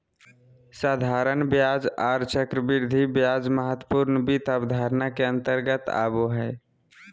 साधारण ब्याज आर चक्रवृद्धि ब्याज महत्वपूर्ण वित्त अवधारणा के अंतर्गत आबो हय